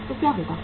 तो क्या हुआ